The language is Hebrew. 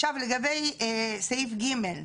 עכשיו, לגבי סעיף (ג).